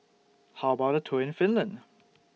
How about A Tour in Finland